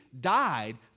died